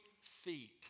feet